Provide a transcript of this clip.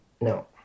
no